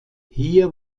hier